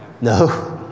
No